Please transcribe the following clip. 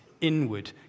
inward